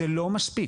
זה לא מספיק.